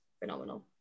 phenomenal